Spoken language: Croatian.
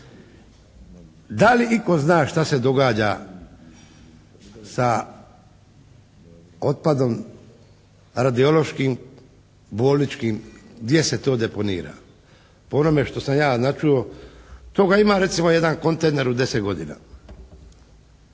Da li itko zna šta se događa sa otpadom radiološkim, bolničkim gdje se to deponira? Po onome što sam ja načuo toga ima recimo jedan kontejner u 10 godina.